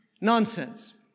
Nonsense